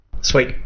Sweet